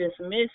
dismiss